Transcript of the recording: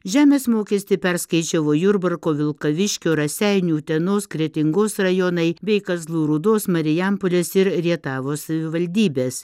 žemės mokestį perskaičiavo jurbarko vilkaviškio raseinių utenos kretingos rajonai bei kazlų rūdos marijampolės ir rietavo savivaldybės